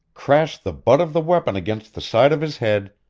crashed the butt of the weapon against the side of his head,